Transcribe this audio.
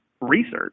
research